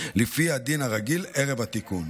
לפי הדין הרגיל, ערב התיקון.